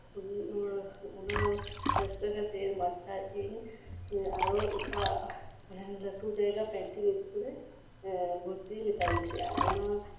ᱚᱱᱟ ᱨᱟᱹᱥᱠᱟᱹ ᱠᱷᱟᱛᱤᱨ ᱢᱟᱥᱴᱟᱨ ᱤᱧ ᱟᱨᱚ ᱮᱴᱟᱜ ᱞᱟᱴᱩ ᱡᱟᱭᱜᱟ ᱯᱮᱱᱴᱤᱝ ᱥᱠᱩᱞ ᱨᱮ ᱵᱷᱚᱨᱛᱤᱜ ᱮ ᱢᱮᱛᱟᱫᱤᱧ ᱛᱟᱦᱮᱸᱜᱼᱟ ᱚᱱᱟ